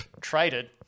Traded